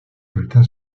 bulletin